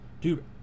dude